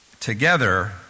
Together